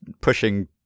pushing